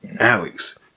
Alex